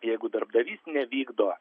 jeigu darbdavys nevykdo